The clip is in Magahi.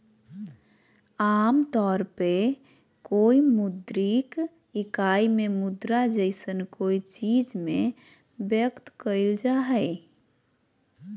आमतौर पर कोय मौद्रिक इकाई में मुद्रा जैसन कोय चीज़ में व्यक्त कइल जा हइ